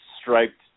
striped